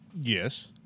Yes